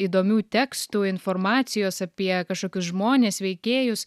įdomių tekstų informacijos apie kažkokius žmones veikėjus